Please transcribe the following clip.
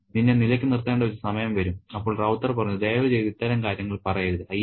നിന്നെ നിലക്ക് നിർത്തേണ്ട ഒരു സമയം വരും അപ്പോൾ റൌത്തർ പറഞ്ഞു ദയവുചെയ്ത് ഇത്തരം കാര്യങ്ങൾ പറയരുത് അയ്യാ